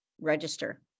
register